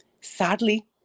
Sadly